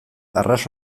arras